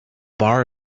bar